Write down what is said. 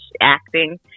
acting